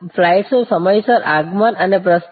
ફ્લાઈટ્સનું સમયસર આગમન અને પ્રસ્થાન